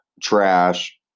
Trash